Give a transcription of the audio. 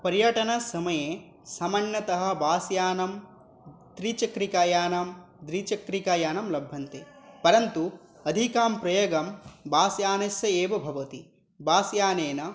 पर्यटनसमये सामान्यतः बास्यानं त्रिचक्रिकायानं द्विचक्रिकायानं लभ्यन्ते परन्तु अधिकः प्रयोगं बास्यानस्य एव भवति बास्यानेन